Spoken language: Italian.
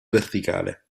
verticale